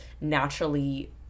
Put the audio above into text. naturally